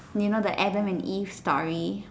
you know the Adam and eve story